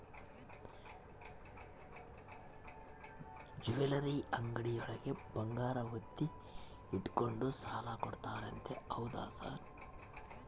Jewellery ಅಂಗಡಿಯೊಳಗ ಬಂಗಾರ ಒತ್ತೆ ಇಟ್ಕೊಂಡು ಸಾಲ ಕೊಡ್ತಾರಂತೆ ಹೌದಾ ಸರ್?